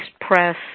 press